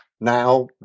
now